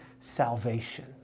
salvation